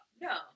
no